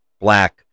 black